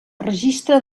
registre